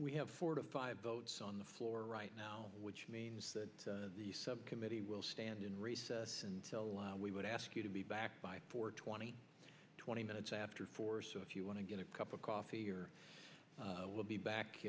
we have four to five votes on the floor right now which means that the committee will stand in recess until our we would ask you to be back by four twenty twenty minutes after four so if you want to get a cup of coffee or we'll be back